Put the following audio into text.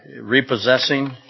repossessing